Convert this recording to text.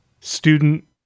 student